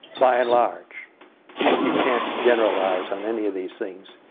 by and large you can't generalize on any of these things